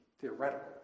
theoretical